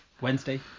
wednesday